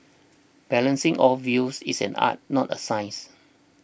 balancing all views is an art not a science